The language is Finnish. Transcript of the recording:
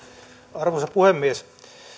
arvoisa puhemies